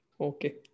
Okay